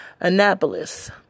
Annapolis